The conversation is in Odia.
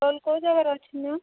ଷ୍ଟଲ୍ କେଉଁ ଯାଗାରେ ଅଛି ମ୍ୟାମ୍